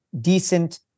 decent